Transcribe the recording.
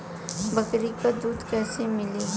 बकरी क दूध कईसे मिली?